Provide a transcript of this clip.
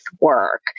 work